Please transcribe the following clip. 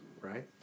Right